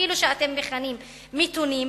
אפילו שאתם מכנים אותם מתונים,